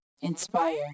Inspire